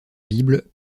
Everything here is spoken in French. bible